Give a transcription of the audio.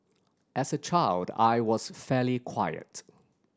as a child I was fairly quiet